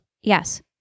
Yes